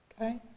Okay